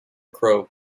crow